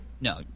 No